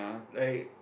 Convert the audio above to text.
like